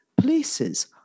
places